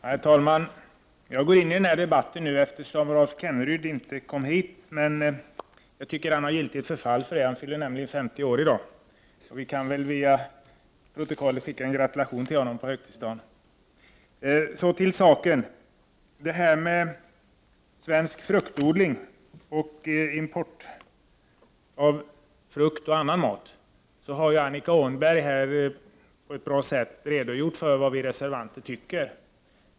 Herr talman! Jag går in i debatten i stället för Rolf Kenneryd, som enligt min mening har giltigt förfall. Han fyller nämligen 50 år i dag. Låt oss via protokollet sända en gratulation till honom på högtidsdagen. I frågan om svensk fruktodling och import av frukt samt annan mat har Annika Åhnberg på ett bra sätt redogjort för vad vi reservanter tycker.